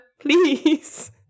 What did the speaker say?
Please